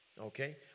Okay